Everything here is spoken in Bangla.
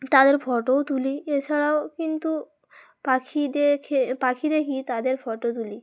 তাদের ফটোও তুলি এছাড়াও কিন্তু পাখি দেখে পাখি দেখি তাদের ফটো তুলি